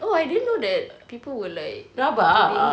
oh I didn't know that people were like bullying him